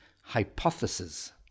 hypothesis